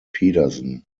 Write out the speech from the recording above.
pedersen